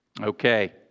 Okay